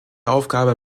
aufgabe